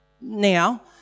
now